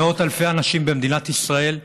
מאות אלפי אנשים במדינת ישראל,